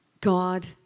God